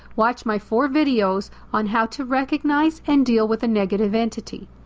watch my four videos on how to recognize and deal with a negative entity.